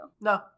No